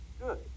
good